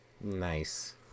Nice